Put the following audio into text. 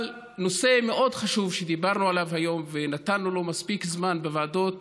אבל נושא מאוד חשוב שדיברנו עליו היום ונתנו לו מספיק זמן בוועדות